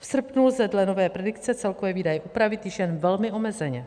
V srpnu lze dle nové predikce celkové výdaje upravit již jen velmi omezeně.